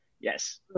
yes